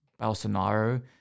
Bolsonaro